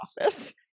office